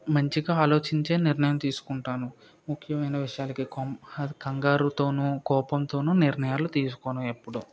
మంచిగా ఆలోచించే నిర్ణయం తీసుకుంటాను ముఖ్యమైన విషయాలకి కంగారుతోనూ కోపంతోనూ నిర్ణయాలు తీసుకోను ఎపుడు